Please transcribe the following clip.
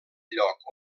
lloc